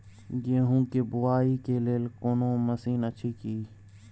गेहूँ के बुआई के लेल कोनो मसीन अछि की?